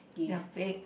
they're big